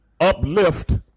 uplift